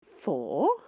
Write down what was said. Four